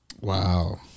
Wow